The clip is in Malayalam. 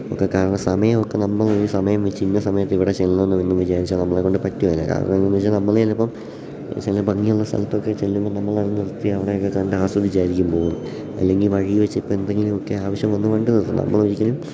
ഒക്കെ കാരണം സമയമൊക്കെ നമ്മളൊരു സമയം വച്ച് ഇന്ന സമയത്ത് ഇവിടെ ചെല്ലണമെന്ന് വിചാരിച്ചാൽ നമ്മളെക്കൊണ്ട് പറ്റില്ല കാരണം എന്തെന്നു വെച്ചാൽ നമ്മൾ ചിലപ്പം ചില ഭംഗിയുള്ള സ്ഥലത്തൊക്കെ ചെല്ലുമ്പം നമ്മളവിടെ നിർത്തി അവിടെയൊക്കെ കണ്ട് ആസ്വദിച്ചായിരിക്കും പോകുന്നത് അല്ലെങ്കിൽ വഴിയിൽ വെച്ച് ഇപ്പോൾ എന്തെങ്കിലും ഒക്കെ ആവശ്യം വന്ന് വണ്ടി നിർത്തണം നമ്മളൊരിക്കലും